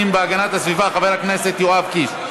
והגנת הסביבה חבר הכנסת יואב קיש.